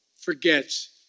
forgets